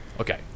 Okay